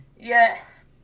yes